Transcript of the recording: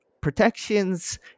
protections